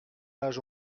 âge